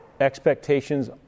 expectations